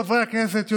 חברי הכנסת,